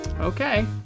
Okay